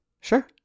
Sure